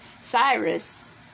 Cyrus